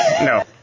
no